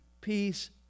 peace